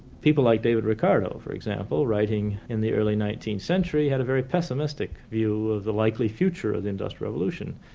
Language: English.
people like david ricardo, for example, writing in the early nineteenth century had very pessimistic view of the likely future of the industrial revolution.